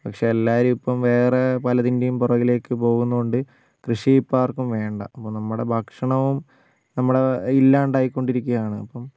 പക്ഷേ എല്ലാവരും ഇപ്പം വേറെ പലതിൻ്റെയും പുറകിലേക്ക് പോകുന്നതുകൊണ്ട് കൃഷി ഇപ്പം ആർക്കും വേണ്ട അപ്പോൾ നമ്മുടെ ഭക്ഷണവും നമ്മൾ ഇല്ലാണ്ടായിക്കൊണ്ടിരിക്കുകയാണ് അപ്പം